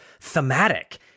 thematic